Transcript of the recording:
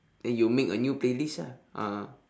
then you make a new playlist lah ah